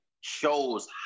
shows